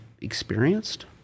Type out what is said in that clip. experienced